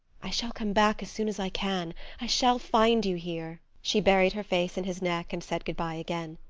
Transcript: i shall come back as soon as i can i shall find you here. she buried her face in his neck, and said good-by again.